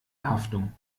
haftung